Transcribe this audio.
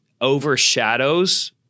overshadows